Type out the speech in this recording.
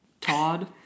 Todd